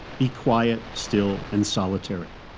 be quiet, still and solitary.